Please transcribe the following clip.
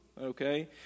okay